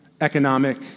economic